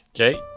Okay